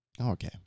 okay